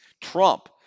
Trump